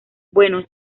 bueno